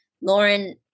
Lauren